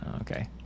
Okay